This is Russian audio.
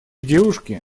девушки